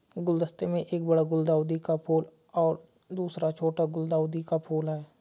गुलदस्ते में एक बड़ा गुलदाउदी का फूल और दूसरा छोटा गुलदाउदी का फूल है